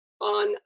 on